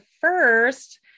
first